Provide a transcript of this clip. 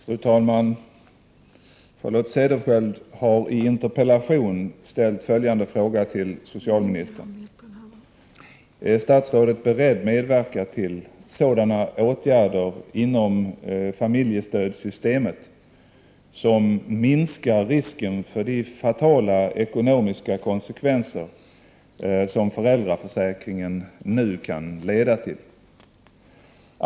Fru talman! Charlotte Cederschiöld har i en interpellation ställt följande fråga till socialministern: Är statsrådet beredd medverka till sådana åtgärder 59 inom familjestödssystemet som minskar risken för de fatala ekonomiska konsekvenser som föräldraförsäkringen nu kan leda till?